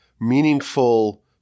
meaningful